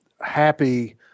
happy